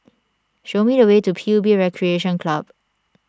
show me the way to P U B Recreation Club